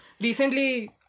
recently